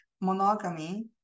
monogamy